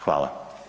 Hvala.